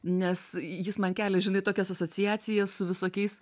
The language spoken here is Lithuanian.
nes jis man kelia žinai tokias asociacijas su visokiais